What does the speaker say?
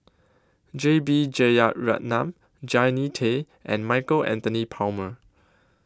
J B Jeyaretnam Jannie Tay and Michael Anthony Palmer